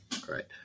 Great